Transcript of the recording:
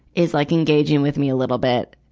is like engaging with me a little bit,